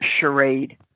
charade